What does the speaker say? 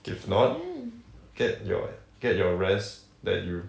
if not get your get your rest that you